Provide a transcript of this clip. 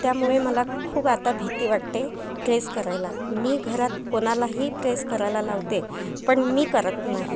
त्यामुळे मला खूप आता भीती वाटते प्रेस करायला मी घरात कोणालाही प्रेस करायला लावते पण मी करत नाही